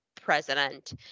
president